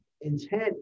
intent